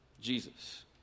Jesus